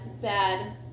bad